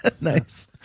Nice